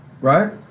Right